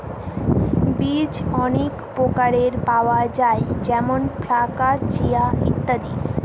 বীজ অনেক প্রকারের পাওয়া যায় যেমন ফ্লাক্স, চিয়া, ইত্যাদি